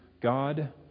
God